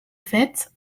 fait